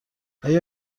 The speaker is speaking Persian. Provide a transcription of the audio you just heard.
آیا